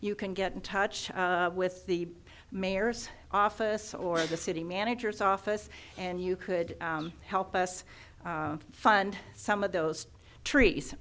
you can get in touch with the mayor's office or the city manager's office and you could help us fund some of those trees